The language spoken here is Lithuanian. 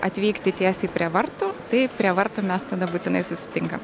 atvykti tiesiai prie vartų tai prie vartų mes tada būtinai susitinkam